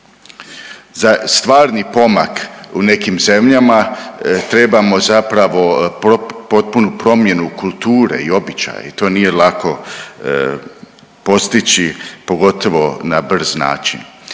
Za stvarni pomak u nekim zemljama trebamo zapravo potpunu promjenu kulture i običaja i to nije lako postići, pogotovo na brz način.